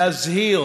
להזהיר,